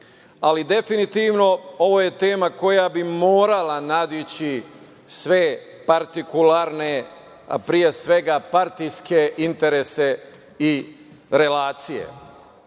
ali definitivno ovo je tema koja bi morala nadići sve partikularne, pre svega, partijske interese i relacije.S